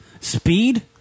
Speed